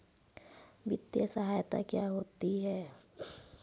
वित्तीय सहायता क्या होती है?